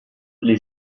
les